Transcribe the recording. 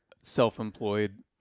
self-employed